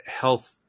health